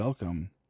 Welcome